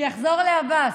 שיחזור לעבאס,